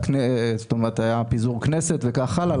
היה פיזור כנסת וכך הלאה.